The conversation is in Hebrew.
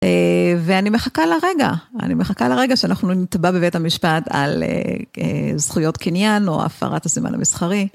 ואני מחכה לרגע, אני מחכה לרגע שאנחנו נתבע בבית המשפט על זכויות קניין או הפרת הזמן המסחרי.